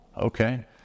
okay